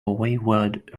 wayward